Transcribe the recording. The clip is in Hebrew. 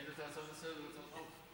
אין יותר הצעות לסדר-היום, לא?